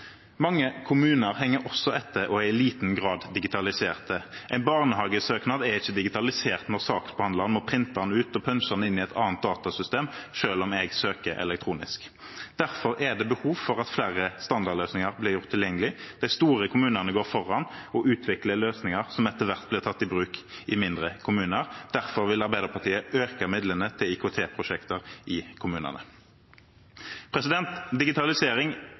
Mange kommuner henger også etter og er i liten grad digitalisert. En barnehagesøknad er ikke digitalisert når saksbehandleren må printe den ut og punche den inn i et annet datasystem selv om jeg har søkt elektronisk. Derfor er det behov for at flere standardløsninger blir gjort tilgjengelig. De store kommunene går foran og utvikler løsninger som etter hvert blir tatt i bruk i mindre kommuner. Derfor vil Arbeiderpartiet øke midlene til IKT-prosjekter i kommunene. Digitalisering